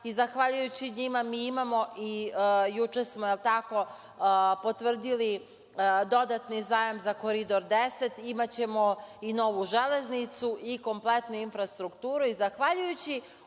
Zahvaljujući njima mi imamo i, juče smo, da li je tako, potvrdili dodatni zajam za Koridor 10, imaćemo i novu Železnicu, kompletnu infrastrukturu